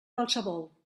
qualsevol